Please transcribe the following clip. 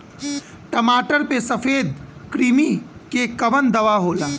टमाटर पे सफेद क्रीमी के कवन दवा होला?